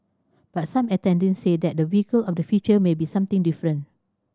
but some attendees said that the vehicle of the future may be something different